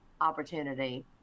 opportunity